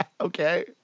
Okay